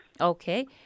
Okay